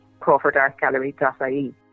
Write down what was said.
CrawfordArtGallery.ie